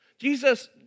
Jesus